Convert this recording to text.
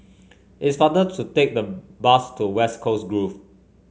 it's faster to take the bus to West Coast Grove